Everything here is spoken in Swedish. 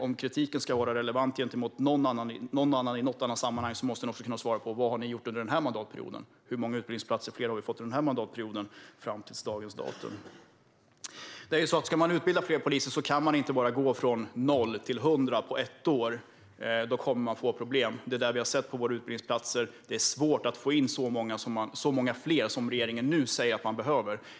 Om kritiken mot någon annan i något annat sammanhang ska vara relevant måste ni kunna svara på vad ni har gjort under den här mandatperioden. Hur många fler utbildningsplatser har vi fått under den här mandatperioden, fram till dagens datum? Ska man utbilda fler poliser kan man inte bara gå från noll till hundra på ett år. Då kommer man att få problem. Det är detta vi har sett på våra utbildningsplatser. Det är svårt att få in så många fler som regeringen nu säger att man behöver.